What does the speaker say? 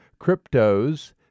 Cryptos